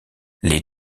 les